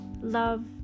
love